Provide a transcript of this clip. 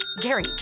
Gary